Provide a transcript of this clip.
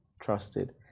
trusted